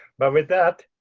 but with that,